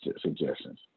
suggestions